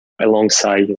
alongside